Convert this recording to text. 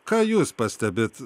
ką jūs pastebit